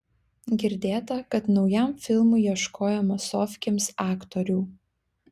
girdėta kad naujam filmui ieškojo masofkėms aktorių